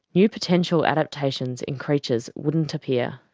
new potential adaptations in creatures wouldn't appear.